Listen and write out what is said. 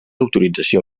autorització